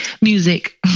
Music